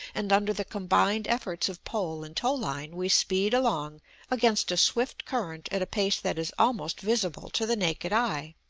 and under the combined efforts of pole and tow-line we speed along against a swift current at a pace that is almost visible to the naked eye.